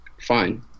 fine